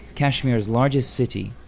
kashmir's largest city,